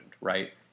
right